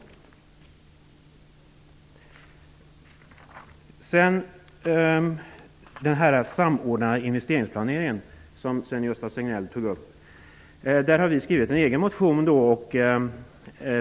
Så några ord om den samordnade investeringsplaneringen, som Sven-Gösta Signell talade om. Vi har en egen motion i det sammanhanget.